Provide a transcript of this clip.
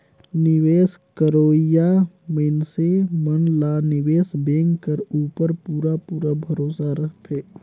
निवेस करोइया मइनसे मन ला निवेस बेंक कर उपर पूरा पूरा भरोसा रहथे